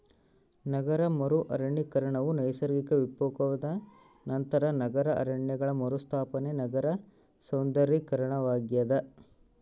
ನಗರ ಮರು ಅರಣ್ಯೀಕರಣವು ನೈಸರ್ಗಿಕ ವಿಕೋಪದ ನಂತರ ನಗರ ಅರಣ್ಯಗಳ ಮರುಸ್ಥಾಪನೆ ನಗರ ಸೌಂದರ್ಯೀಕರಣವಾಗ್ಯದ